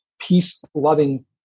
peace-loving